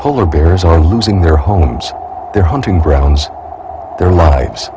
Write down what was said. polar bears are losing their homes their hunting grounds their lives